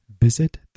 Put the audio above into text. visit